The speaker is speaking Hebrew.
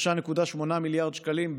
3.8 מיליארד שקלים,